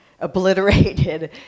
obliterated